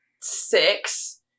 six